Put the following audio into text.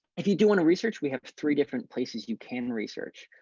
if you do want to research, we have three different places you can research.